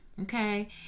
okay